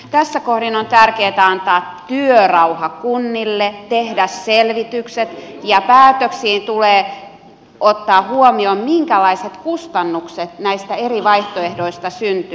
tässä kohdin on tärkeätä antaa työrauha kunnille tehdä selvitykset ja päätöksissä tulee ottaa huomioon minkälaiset kustannukset näistä eri vaihtoehdoista syntyy